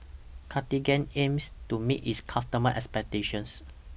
Cartigain aims to meet its customers' expectations